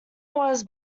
was